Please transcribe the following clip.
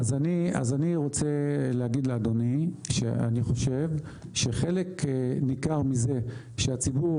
אני רוצה להגיד לאדוני שאני חושב שחלק ניכר מזה שהציבור